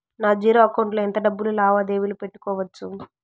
నా zero account లో ఎంత డబ్బులు లావాదేవీలు పెట్టుకోవచ్చు?